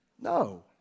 No